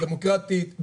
דמוקרטית,